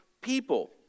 people